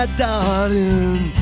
darling